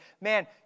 man